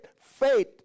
faith